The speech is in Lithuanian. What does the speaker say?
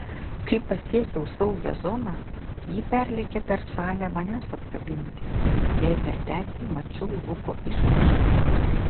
kai pasiekiau saugią zoną ji perlėkė per salę manęs apkabinti jai per petį mačiau luko išraišką